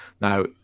Now